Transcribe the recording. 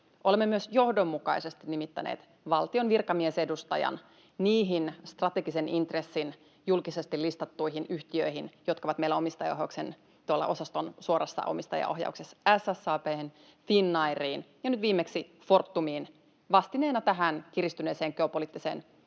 Olemme myös johdonmukaisesti nimittäneet valtion virkamiesedustajan niihin strategisen intressin julkisesti listattuihin yhtiöihin, jotka ovat meillä tuolla omistajaohjausosaston suorassa omistajaohjauksessa: SSAB:hen, Finnairiin ja nyt viimeksi Fortumiin vastineena tähän kiristyneeseen geopoliittiseen